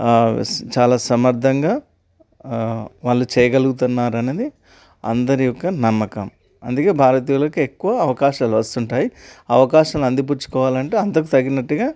చాలా సమర్థంగా వాళ్ళు చేయగలుగుతున్నారు అనేది అందరి యొక్క నమ్మకం అందుకే భారతీయులకు ఎక్కవ అవకాశాలు వస్తుంటాయి అవకాశాలను అందిపుచ్చుకోవాలంటే అంతకు తగినట్టుగా